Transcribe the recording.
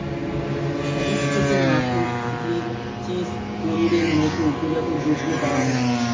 দুধ থেকে মাখন, ঘি, চিজ, পনিরের মতো উপজাত দ্রব্য পাওয়া যায়